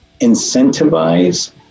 incentivize